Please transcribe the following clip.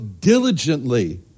diligently